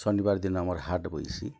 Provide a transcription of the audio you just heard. ଶନିବାର ଦିନ ଆମର୍ ହାଟ ବଇସି